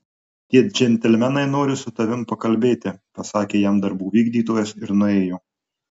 tie džentelmenai nori su tavimi pakalbėti pasakė jam darbų vykdytojas ir nuėjo